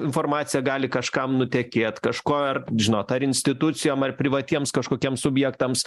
informacija gali kažkam nutekėt kažko ar žinot ar institucijom ar privatiems kažkokiems subjektams